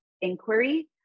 inquiry